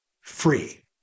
free